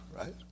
right